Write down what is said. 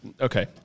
okay